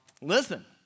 Listen